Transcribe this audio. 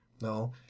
No